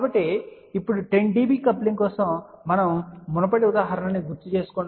కాబట్టిఇప్పుడు 10 dB coupling కోసం మునుపటి ఉదాహరణ గుర్తుకు తెచ్చుకోండి